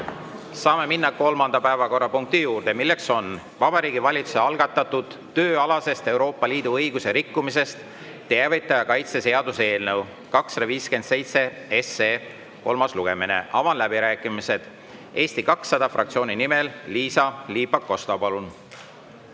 Saame minna kolmanda päevakorrapunkti juurde. See on Vabariigi Valitsuse algatatud tööalasest Euroopa Liidu õiguse rikkumisest teavitaja kaitse seaduse eelnõu 257 kolmas lugemine. Avan läbirääkimised. Eesti 200 fraktsiooni nimel Liisa-Ly Pakosta, palun!